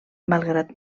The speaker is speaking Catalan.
malgrat